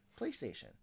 PlayStation